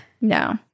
No